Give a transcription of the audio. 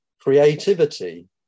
creativity